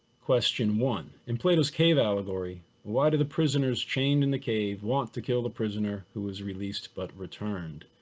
question one. in plato's cave allegory, why did the prisoners chained in the cave wants to kill the prisoner who was released but returned?